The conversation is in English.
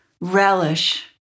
relish